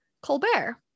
Colbert